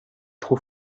trop